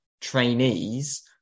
trainees